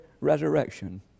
resurrection